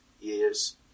years